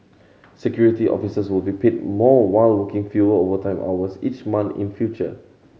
Security Officers will be paid more while working fewer overtime hours each month in future